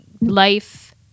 life